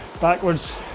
backwards